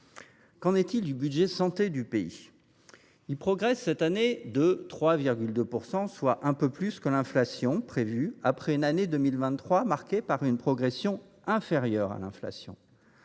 Qu’en est il du budget santé du pays ? Il progresse, cette année, de 3,2 %, soit un peu plus que l’inflation prévue, après une année 2023 marquée par une progression inférieure à l’inflation.